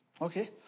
Okay